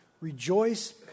rejoice